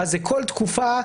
זה כל תקופה,